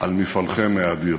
על מפעלכם האדיר.